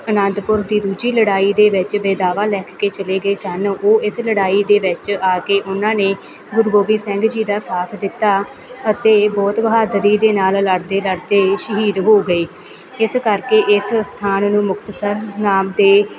ਅਨੰਦਪੁਰ ਦੀ ਦੂਜੀ ਲੜਾਈ ਦੇ ਵਿੱਚ ਬੇਦਾਵਾ ਲਿਖ ਕੇ ਚਲੇ ਗਏ ਸਨ ਉਹ ਇਸ ਲੜਾਈ ਦੇ ਵਿੱਚ ਆ ਕੇ ਉਹਨਾਂ ਨੇ ਗੁਰੂ ਗੋਬਿੰਦ ਸਿੰਘ ਜੀ ਦਾ ਸਾਥ ਦਿੱਤਾ ਅਤੇ ਬਹੁਤ ਬਹਾਦਰੀ ਦੇ ਨਾਲ ਲੜਦੇ ਲੜਦੇ ਸ਼ਹੀਦ ਹੋ ਗਏ ਇਸ ਕਰਕੇ ਇਸ ਅਸਥਾਨ ਨੂੰ ਮੁਕਤਸਰ ਨਾਮ ਦੇ